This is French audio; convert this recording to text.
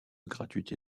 gratuité